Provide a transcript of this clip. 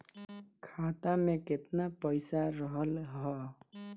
खाता में केतना पइसा रहल ह?